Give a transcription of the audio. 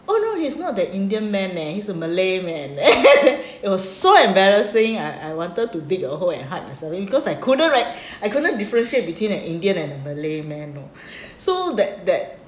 oh no he's not that indian man eh he's a malay man it was so embarrassing I I wanted to dig a hole and hide myself something and because I couldn't right I couldn't differentiate between an indian and a malay man you know so that